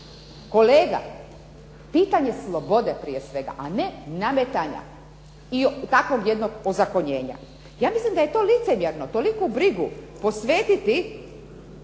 kolega, pitanje slobode prije svega, a ne nametanja takvog jednog ozakonjenja. Ja mislim da je to licemjerno, toliku brigu posvetiti